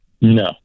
no